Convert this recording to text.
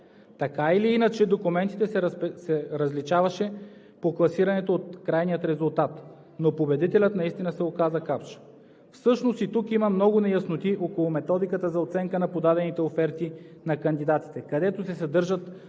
Така или иначе по документите класирането се различаваше от крайния резултат, но победителят наистина се оказа „Капш“. Всъщност и тук има много неясноти около методиката за оценка на подадените оферти на кандидатите, където се съдържат